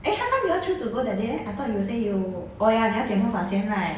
eh how come you all choose to go that day leh I thought you say oh ya 你要剪头发先 right